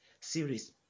series